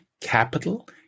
capital